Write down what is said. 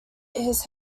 his